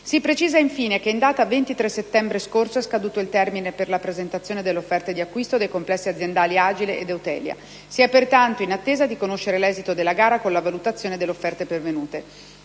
Preciso, infine, che in data 23 settembre scorso è scaduto il termine per la presentazione delle offerte di acquisto dei complessi aziendali Agile ed Eutelia e si è, pertanto, in attesa di conoscere l'esito della gara con la valutazione delle offerte pervenute.